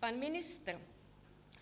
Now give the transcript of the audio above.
Pan ministr